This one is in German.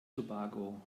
tobago